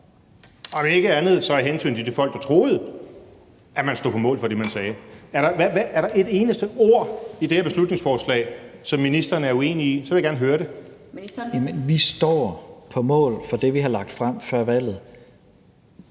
for, om ikke andet så af hensyn til de folk, der troede, at man stod på mål for det, man sagde? Er der et eneste ord i det her beslutningsforslag, som ministeren er uenig i, så vil jeg gerne høre det? Kl. 15:42 Den fg. formand (Annette